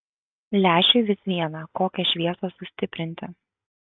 lęšiui vis viena kokią šviesą sustiprinti